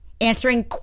answering